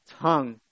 tongue